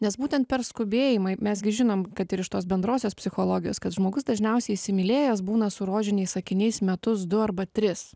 nes būtent per skubėjimą mes gi žinom kad ir iš tos bendrosios psichologijos kad žmogus dažniausiai įsimylėjęs būna su rožiniais akiniais metus du arba tris